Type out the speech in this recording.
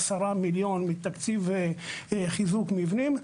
10,000,000 מתקציב חיזוק מבנים.